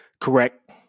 correct